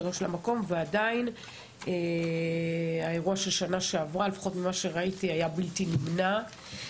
ממה שאני ראיתי האירוע של שנה שעברה היה בלתי נמנע,